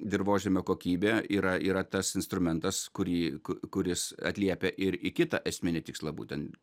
dirvožemio kokybė yra yra tas instrumentas kurį kuris atliepia ir į kitą esminį tikslą būtent